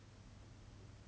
一直一直一直 stab